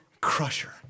crusher